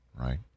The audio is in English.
right